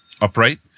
upright